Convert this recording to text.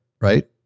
right